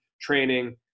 training